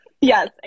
Yes